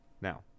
Now